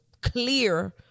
clear